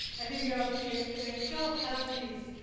i think the odyssey in itself has these